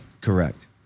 Correct